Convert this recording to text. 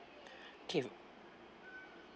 okay